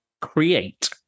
create